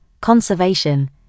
conservation